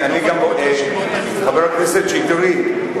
חבר הכנסת שטרית,